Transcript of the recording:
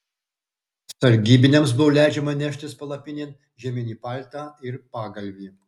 sargybiniams buvo leidžiama neštis palapinėn žieminį paltą ir pagalvį